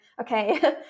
okay